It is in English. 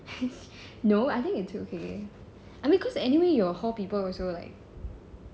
no I think it's okay I mean cause anyway your hall also like